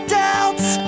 doubts